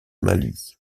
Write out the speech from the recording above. mali